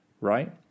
right